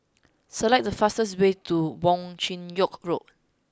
select the fastest way to Wong Chin Yoke Road